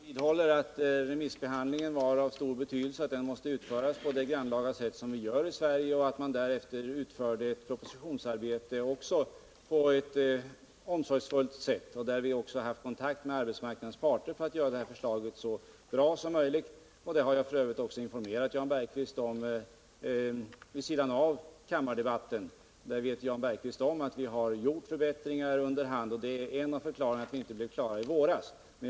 Fru talman! Jag vidhåller att remissbehandlingen hade stor betydelse och att den måste genomföras på det grannlaga sätt som vi gör här i Sverige. Propositionsarbetet har också utförts på ett omsorgsfullt sätt, och vi har därvid haft kontakt med arbetsmarknadens parter för att göra det här förslaget så bra som möjligt. Jag har informerat Jan Bergqvist om detta vid sidan av kammardebatten, så han vet om att vi har gjort förbättringar under hand, vilket är en av förklaringarna till att vi inte blev klara med propositionen i våras.